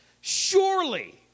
surely